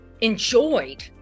enjoyed